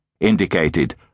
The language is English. indicated